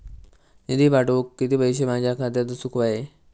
निधी पाठवुक किती पैशे माझ्या खात्यात असुक व्हाये?